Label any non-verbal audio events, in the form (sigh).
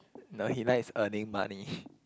no he likes earning money (laughs)